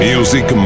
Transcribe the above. Music